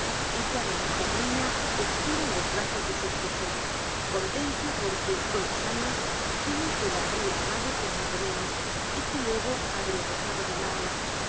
y ya la mujerni ita expi ra en los brazos de su esposo contenta porque con los ailos teme que la habría amado un poco menos y que luego habría dejado de amarla